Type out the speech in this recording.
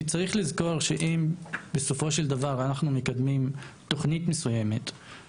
כי צריך לזכור שאם בסופו של דבר אנחנו מקדמים תוכנית מסוימת,